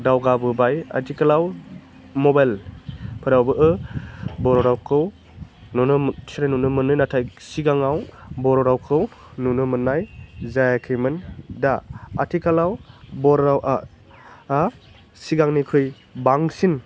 दावगाबोबाय आथिखालाव मबेल फोरावबो बर' रावखौ नुनो मो थिसननाय नुनो मोनो नाथाइ सिगाङाव बर' रावखौ नुनो मोन्नाय जायाखैमोन दा आथिखालाव बर' रावा आ सिगांनिख्रुइ बांसिन